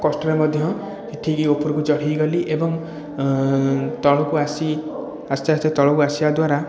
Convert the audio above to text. କଷ୍ଟରେ ମଧ୍ୟ ସେଠିକି ଉପରକୁ ଚଢ଼ିକି ଗଲି ଏବଂ ତଳକୁ ଆସି ଆସ୍ତେ ଆସ୍ତେ ତଳକୁ ଆସିବା ଦ୍ୱାରା